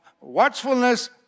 watchfulness